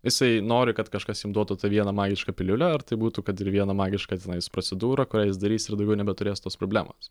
jisai nori kad kažkas jam duotų tą vieną magišką piliulę ar tai būtų kad ir vieną magišką tenais procedūrą kurią jis darys ir daugiau nebeturės tos problemos